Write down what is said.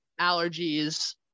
allergies